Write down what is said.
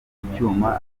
icyuma